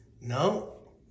No